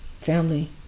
family